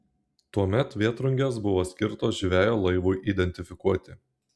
tuomet vėtrungės buvo skirtos žvejo laivui identifikuoti